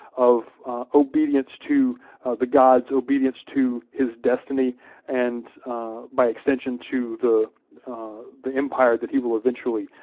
of obedience to the gods, obedience to his destiny, and by extension to the the empire that he will eventually,